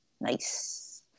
Nice